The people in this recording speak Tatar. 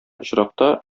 очракта